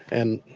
and